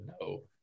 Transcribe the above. No